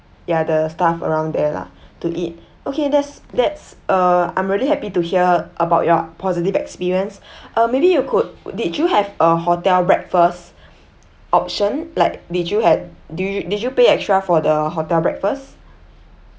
ya the staff around there lah to eat okay that's that's uh I'm really happy to hear about your positive experience uh maybe you could did you have a hotel breakfast option like did you had do you did you pay extra for the hotel breakfast